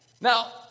Now